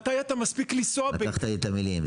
מתי אתה מספיק לנסוע -- לקחת לי את המילים.